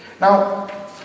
Now